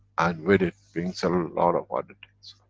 and with it brings a lot of other things.